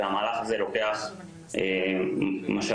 שזה מהלך שלוקח משאבים,